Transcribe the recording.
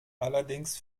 allerdings